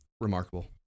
Remarkable